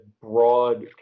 broad